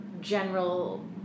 general